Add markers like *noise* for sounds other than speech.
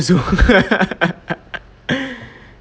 zul *laughs*